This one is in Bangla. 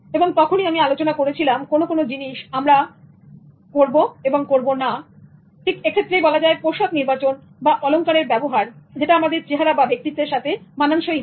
এবং তখনই আমি আলোচনা করেছিলাম কোন কোন জিনিস আমরা করব এবং করবো না এক্ষেত্রে বলা যায় পোশাক নির্বাচন বা অলংকারের ব্যবহার করব যেটা আমাদের চেহারা বা ব্যক্তিত্বের সাথে মানানসই হবে